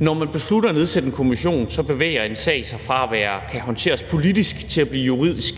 Når man beslutter at nedsætte en kommission, bevæger en sag sig fra at blive håndteret politisk til at blive juridisk.